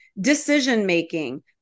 decision-making